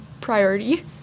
priority